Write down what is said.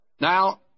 Now